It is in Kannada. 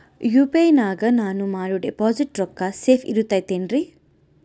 ಯು.ಪಿ.ಐ ನಾಗ ನಾನು ಮಾಡೋ ಡಿಪಾಸಿಟ್ ರೊಕ್ಕ ಸೇಫ್ ಇರುತೈತೇನ್ರಿ?